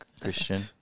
Christian